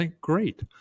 Great